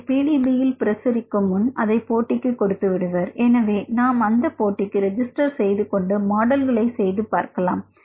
அதை PDBயில் பிரசுரிக்கும் முன் அதை போட்டிக்கு கொடுத்துவிடுவார் எனவே நாம் அந்தப் போட்டிக்கு ரெஜிஸ்டர் செய்து கொண்டு மாடல்களை செய்து பார்க்கலாம்